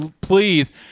Please